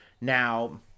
Now